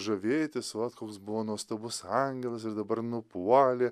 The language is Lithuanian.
žavėtis vat koks buvo nuostabus angelas jis dabar nupuolė